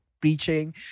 preaching